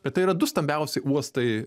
bet tai yra du stambiausi uostai